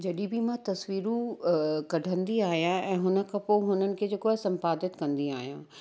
जॾहिं बि मां तस्वीरूं कढंदी आहियां ऐं हुन खां पो हुननि खे जेको आहे संपादित कंदी आहियां